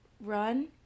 Run